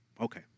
Okay